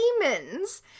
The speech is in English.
demons